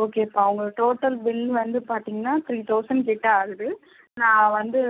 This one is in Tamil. ஓகேப்பா உங்களுக்கு டோட்டல் பில்லு வந்து பார்த்தீங்கன்னா த்ரீ தௌசண்கிட்ட ஆகுது நான் வந்து